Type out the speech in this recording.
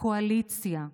לקואליציה,